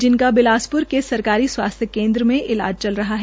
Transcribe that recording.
इनका बिलासप्र के सरकारी स्वास्थ्य केन्द्र में इलाज चल रहा है